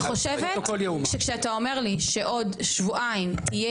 כשאתה אומר לי שבעוד שבועיים תהיה